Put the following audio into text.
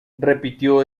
repitió